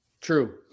true